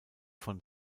vom